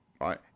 right